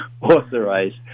authorized